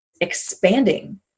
expanding